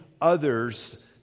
others